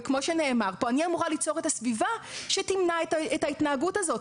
אני אמורה ליצור את הסביבה שתמנע את ההתנהגות הזאת.